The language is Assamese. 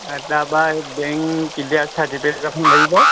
তাৰপৰা এই বেংক কিলিয়া ছাৰ্টিফিকেট এখন লাগিব